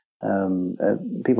People